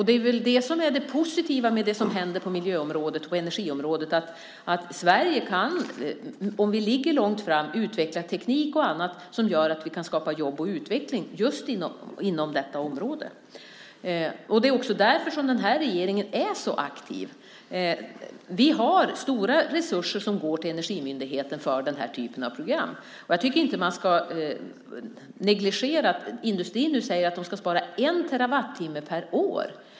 Det är väl det som är det positiva med det som händer på miljöområdet och energiområdet, att Sverige, om vi ligger långt fram, kan utveckla teknik och annat som gör att vi kan skapa jobb och utveckling just inom detta område. Det är också därför som den här regeringen är så aktiv. Vi ser till att stora resurser går till Energimyndigheten för den här typen av program. Jag tycker inte att vi ska negligera att man inom industrin nu säger att man ska spara en terawattimme per år.